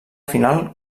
final